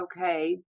Okay